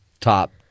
top